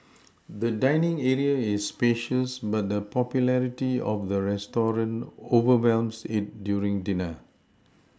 the dining area is spacious but the popularity of the restaurant overwhelms it during dinner